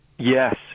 Yes